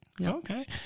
Okay